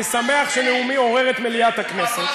אני שמח שנאומי עורר את מליאת הכנסת.